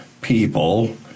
people